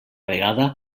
vegada